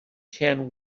can